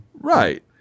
Right